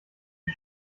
ich